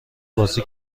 بازی